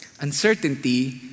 Uncertainty